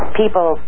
people